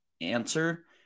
answer